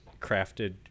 crafted